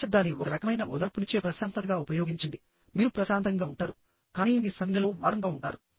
నిశ్శబ్దాన్ని ఒక రకమైన ఓదార్పునిచ్చే ప్రశాంతతగా ఉపయోగించండి మీరు ప్రశాంతంగా ఉంటారు కానీ మీ సంజ్ఞలో వార్మ్ గా ఉంటారు